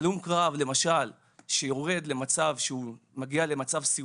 הלום קרב שמגיע למצב סיעודי,